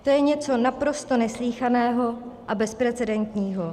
To je něco naprosto neslýchaného a bezprecedentního.